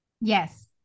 Yes